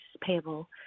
payable